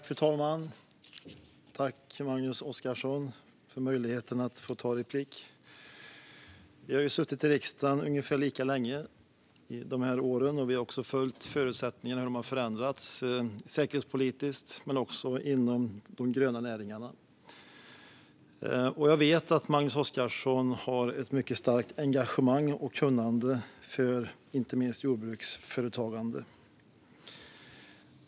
Fru talman! Jag tackar Magnus Oscarsson för möjligheten att ta replik. Vi har ju suttit i riksdagen ungefär lika länge. Vi har också följt hur förutsättningarna har förändrats, både säkerhetspolitiskt och inom de gröna näringarna. Jag vet att Magnus Oscarsson har ett mycket starkt engagemang och kunnande, inte minst när det gäller jordbruksföretagande.